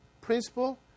principle